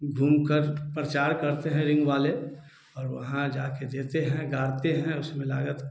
घूम कर प्रचार करते हैं रिंग वाले और वहाँ जाकर देते हैं गाते हैं उसमें लागत